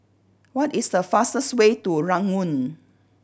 what is the fastest way to Ranggung